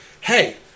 hey